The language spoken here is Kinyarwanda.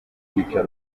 byiciro